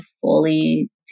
fully